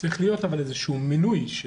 צריך להיות איזשהו מינוי.